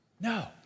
No